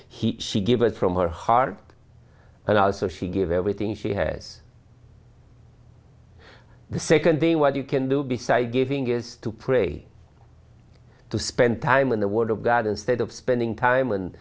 he she give it from her heart and also she give everything she has the second day what you can do beside giving is to pray to spend time in the word of god instead of spending time and